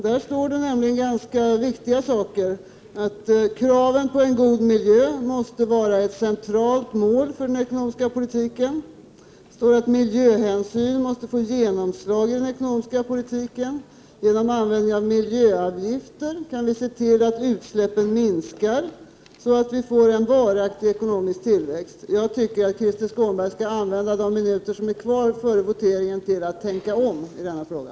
Där står det nämligen ganska viktiga saker: ”att kraven på en god miljö måste vara ett centralt mål för den ekonomiska politiken”, ”att miljöhänsyn måste få genomslag i den ekonomiska politiken” och att man genom användning av miljöavgifter kan se till att utsläppen minskar, så att vi får en varaktig ekonomisk tillväxt. Jag tycker att Krister Skånberg skall använda de minuter som är kvar före voteringen till att tänka om i denna fråga.